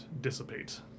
dissipate